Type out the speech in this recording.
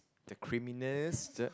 the creaminess the